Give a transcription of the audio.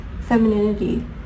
femininity